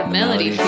Melody